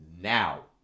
now